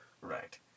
Right